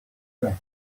dress